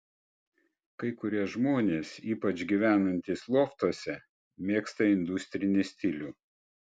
kai kurie žmonės ypač gyvenantys loftuose mėgsta industrinį stilių